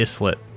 islet